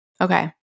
Okay